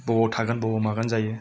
बबाव थागोन बबाव मागोन जायो